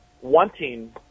wanting